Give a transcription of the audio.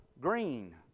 green